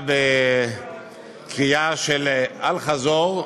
בקריאת אל-חזור,